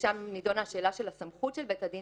ושם נדונה שאלת הסמכות של בית הדין.